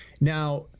Now